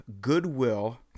goodwill